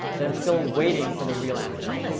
that i'm still waiting for the real answer.